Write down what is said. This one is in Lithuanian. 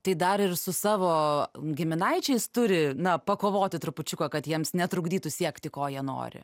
tai dar ir su savo giminaičiais turi na pakovoti trupučiuką kad jiems netrukdytų siekti ko jie nori